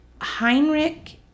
Heinrich